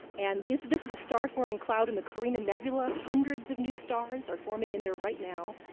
and this this is a star-forming cloud in the carina nebula. hundreds of new stars are forming in there right now.